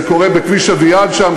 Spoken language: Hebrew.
זה קורה בכביש עמיעד שם,